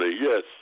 Yes